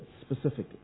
specifically